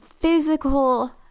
physical